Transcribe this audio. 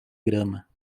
grama